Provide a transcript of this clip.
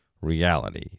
reality